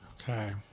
Okay